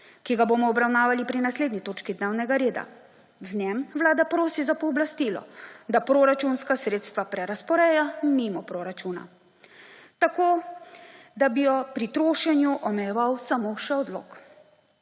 ki ga bomo obravnavali pri naslednji točki dnevnega reda. V njem Vlada prosi za pooblastilo, da proračunska sredstva prerazporeja mimo proračuna, tako da bi jo pri trošenju omejeval samo še odlok.